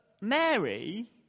Mary